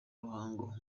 ruhango